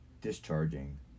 discharging